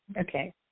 Okay